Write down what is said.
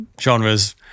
genre's